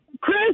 chris